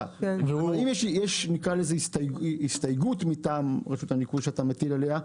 ואם יש הסתייגות מטעם רשות הניקוז שאתה מטיל עליה,